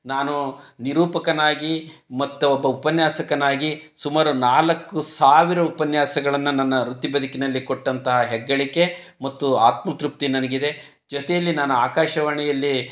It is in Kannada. ನಾನು ನಿರೂಪಕನಾಗಿ ಮತ್ತು ಒಬ್ಬ ಉಪನ್ಯಾಸಕನಾಗಿ ಸುಮಾರು ನಾಲ್ಕು ಸಾವಿರ ಉಪನ್ಯಾಸಗಳನ್ನು ನನ್ನ ವೃತ್ತಿ ಬದುಕಿನಲ್ಲಿ ಕೊಟ್ಟಂಥ ಹೆಗ್ಗಳಿಕೆ ಮತ್ತು ಆತ್ಮ ತೃಪ್ತಿ ನನಗಿದೆ ಜೊತೆಯಲ್ಲಿ ನಾನು ಆಕಾಶವಾಣಿಯಲ್ಲಿ